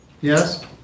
yes